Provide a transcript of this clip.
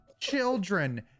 children